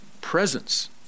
presence